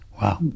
Wow